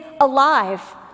alive